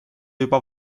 juba